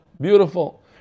Beautiful